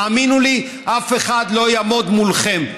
תאמינו לי, אף אחד לא יעמוד מולכם.